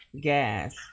gas